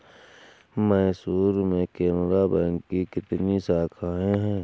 मैसूर में केनरा बैंक की कितनी शाखाएँ है?